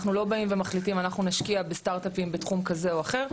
אנחנו לא באים ומחליטים אנחנו נשקיע בסטארט-אפים בתחום כזה או אחר.